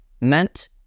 meant